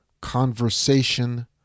conversation